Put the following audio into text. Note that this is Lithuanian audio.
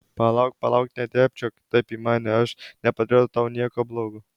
palauk palauk nedėbčiok taip į mane aš nepadariau tau nieko blogo